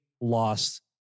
lost